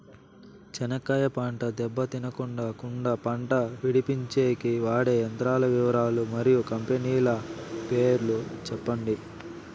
చెనక్కాయ పంట దెబ్బ తినకుండా కుండా పంట విడిపించేకి వాడే యంత్రాల వివరాలు మరియు కంపెనీల పేర్లు చెప్పండి?